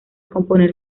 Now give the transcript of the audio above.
componer